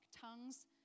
Tongues